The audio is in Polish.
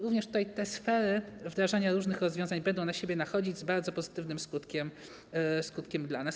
Również tutaj te sfery wdrażania różnych rozwiązań będą na siebie nachodzić z bardzo pozytywnym skutkiem dla nas.